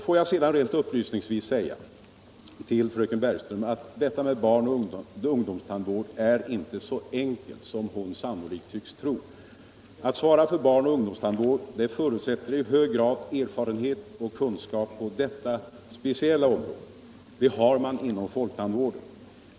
Får jag sedan rent upplysningsvis säga till fröken Bergström att detta med barnoch ungdomstandvård inte är så enkelt som hon tycks tro. Al!l svara för barnoch ungdomstandvård förutsätter i hög grad erfarenhet och kunskap på detta speciella område. Det har man inom folktandvården.